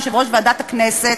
יושב-ראש ועדת הכנסת.